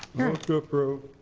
to approve.